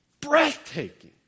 breathtaking